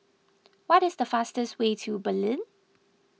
what is the fastest way to Berlin